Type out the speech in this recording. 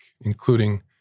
including